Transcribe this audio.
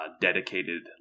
dedicated